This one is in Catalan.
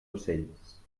ocells